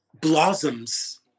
blossoms